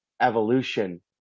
evolution